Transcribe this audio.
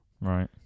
Right